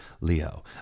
Leo